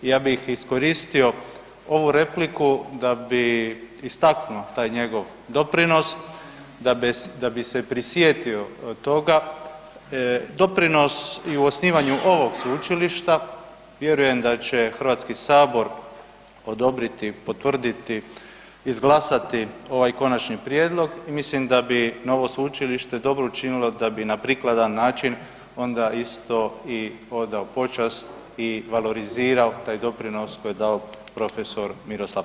Ja bih iskoristio ovu repliku da bi istaknuo taj njegov doprinos, da bi se prisjetio toga, doprinos i u osnivanju ovog sveučilišta vjerujem da će HS odobriti, potvrditi i izglasati ovaj konačni prijedlog i mislim da bi novo sveučilište dobro učinilo da bi na prikladan način onda isto i odao počast i valorizirao taj doprinos koji je dao prof. Miroslav